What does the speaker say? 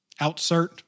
outsert